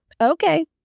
okay